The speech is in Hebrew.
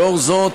לאור זאת,